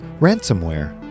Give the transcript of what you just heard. Ransomware